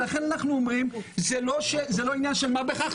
לכן אנחנו אומרים שזה לא עניין של מה בכך,